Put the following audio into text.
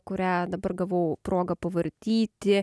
kurią dabar gavau progą pavartyti